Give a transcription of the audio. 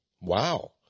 Wow